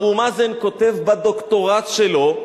אבו מאזן כותב בדוקטורט שלו,